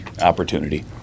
opportunity